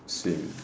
swim